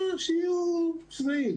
שיהיו שבעים,